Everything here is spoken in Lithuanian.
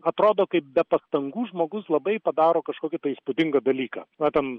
atrodo kaip be pastangų žmogus labai padaro kažkokį tai įspūdingą dalyką na ten